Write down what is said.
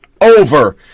over